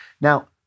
Now